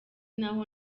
naho